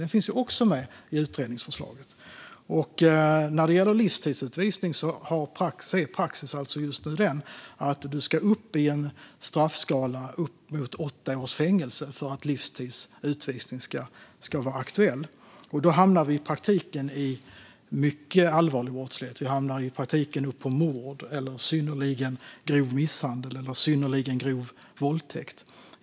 Det finns också med i utredningsförslaget. När det gäller livstidsutvisning är praxis just nu uppemot åtta års fängelse i straffskalan för att livstids utvisning ska vara aktuell. Då hamnar vi i mycket allvarlig brottslighet, i praktiken mord, synnerligen grov misshandel eller synnerligen grov våldtäkt.